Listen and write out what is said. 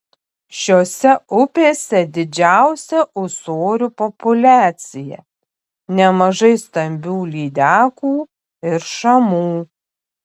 šiose upėse didžiausia ūsorių populiacija nemažai stambių lydekų ir šamų